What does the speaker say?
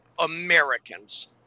Americans